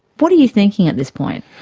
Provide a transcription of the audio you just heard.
what are you thinking at this point?